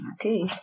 Okay